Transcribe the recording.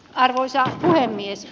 arvoisa puhemies